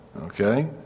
Okay